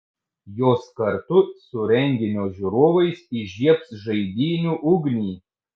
jos kartu su renginio žiūrovais įžiebs žaidynių ugnį